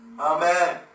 Amen